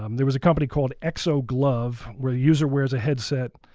um there was a company called xo glove where the user wears a headset,